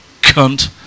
cunt